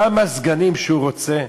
כמה סגנים שהוא רוצה,